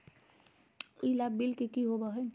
ई लाभ बिल की होबो हैं?